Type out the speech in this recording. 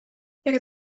jak